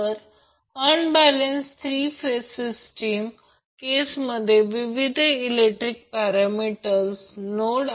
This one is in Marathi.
तर हे एक वॅटमीटर अनावश्यक आहे ते 0 मोजेल थ्री वॅट मीटरची गरज नाही